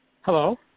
hello